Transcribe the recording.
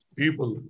people